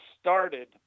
started